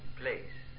place